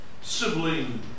sibling